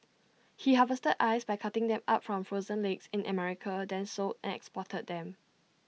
he harvested ice by cutting them up from frozen lakes in America then sold and exported them